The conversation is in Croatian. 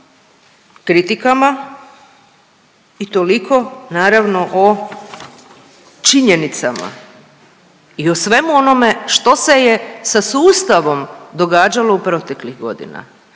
o kritikama i toliko naravno o činjenicama i o svemu onome što se je sa sustavom događalo u proteklih godina